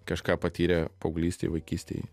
kažką patyrę paauglystėj vaikystėj